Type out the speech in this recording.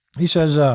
he says,